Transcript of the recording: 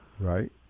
Right